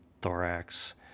thorax